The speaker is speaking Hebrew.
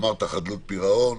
אמרת חדלות פירעון,